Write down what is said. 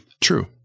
true